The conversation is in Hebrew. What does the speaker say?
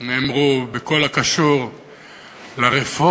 נאמרו בכל הקשור לרפורמה